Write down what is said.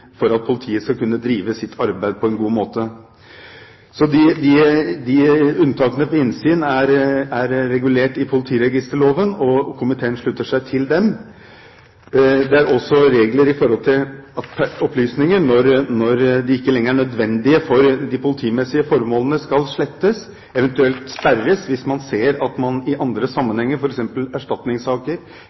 er regulert i politiregisterloven, og komiteen slutter seg til dem. Det er også regler for når opplysninger, når de ikke lenger er nødvendige for de politimessige formålene, skal slettes, eventuelt sperres, hvis man ser at man i andre sammenhenger, f.eks. i erstatningssaker,